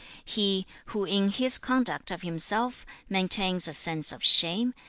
he who in his conduct of himself maintains a sense of shame,